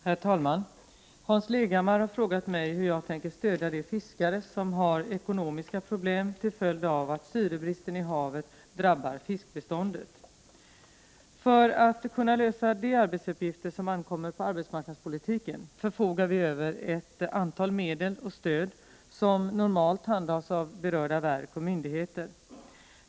Herr talman! Hans Leghammar har frågat mig hur jag tänker stödja de fiskare som har ekonomiska problem till följd av att syrebristen i havet drabbat fiskbeståndet. För att kunna lösa de arbetsuppgifter som ankommer på arbetsmarknadspolitiken, förfogar vi över ett antal medel och stöd, som normalt handhas av berörda verk och myndigheter.